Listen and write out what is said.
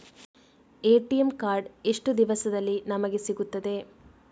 ATM card ಎಷ್ಟು ದಿವಸದಲ್ಲಿ ನಮಗೆ ಸಿಗುತ್ತದೆ?